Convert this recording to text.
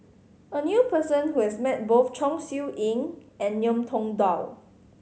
I knew a person who has met both Chong Siew Ying and Ngiam Tong Dow